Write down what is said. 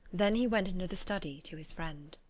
then he went into the study to his friend.